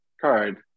card